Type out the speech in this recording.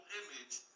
image